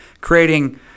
creating